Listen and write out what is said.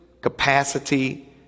capacity